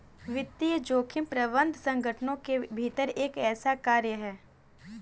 वित्तीय जोखिम प्रबंधन संगठनों के भीतर एक ऐसा कार्य है